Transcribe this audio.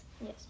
Yes